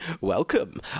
welcome